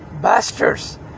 bastards